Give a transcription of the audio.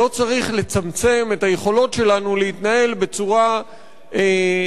לא צריך לצמצם את היכולת שלנו להתנהל בצורה דמוקרטית,